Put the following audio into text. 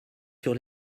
sur